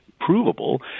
provable